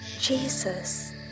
Jesus